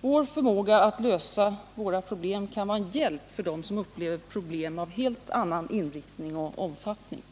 Vår förmåga att lösa våra problem kan vara en hjälp för dem som upplever problem av helt annan inriktning och omfattning.